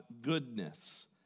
goodness